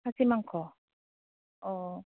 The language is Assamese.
খাচী মাংস অঁ